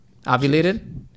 ovulated